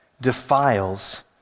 defiles